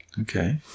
Okay